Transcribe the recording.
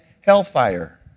hellfire